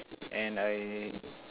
and I